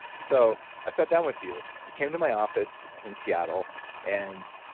so i sat down with you. you came to my office in seattle and